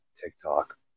TikTok